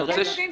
--- אני רוצה